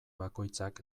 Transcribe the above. bakoitzak